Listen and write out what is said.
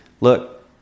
look